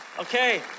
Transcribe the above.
Okay